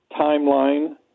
timeline